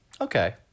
okay